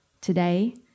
Today